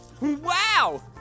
Wow